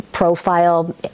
profile